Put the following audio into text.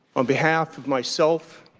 on behalf of myself